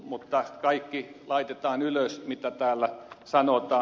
mutta kaikki laitetaan ylös mitä täällä sanotaan